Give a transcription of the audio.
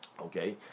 Okay